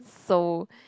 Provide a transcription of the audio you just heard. so